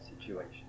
situation